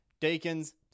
deacons